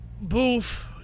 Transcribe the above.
Boof